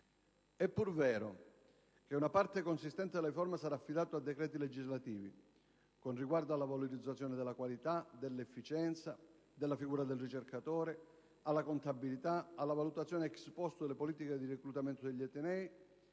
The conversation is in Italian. È pur vero che una parte consistente della riforma sarà affidata a decreti legislativi, con riguardo alla valorizzazione della qualità, dell'efficienza, della figura del ricercatore, alla contabilità, alla valutazione *ex post* delle politiche di reclutamento degli atenei